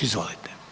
Izvolite.